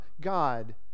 God